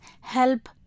help